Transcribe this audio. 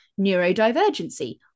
neurodivergency